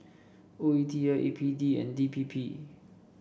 O E T L A P D and D P P